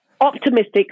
optimistic